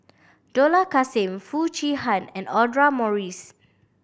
Dollah Kassim Foo Chee Han and Audra Morrice